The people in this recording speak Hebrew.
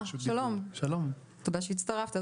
שלום, תודה שהצטרפת.